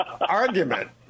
argument